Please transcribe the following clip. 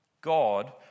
God